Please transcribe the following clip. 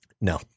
No